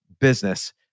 Business